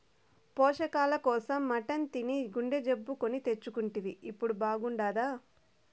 పోషకాల కోసం మటన్ తిని గుండె జబ్బు కొని తెచ్చుకుంటివి ఇప్పుడు బాగుండాదా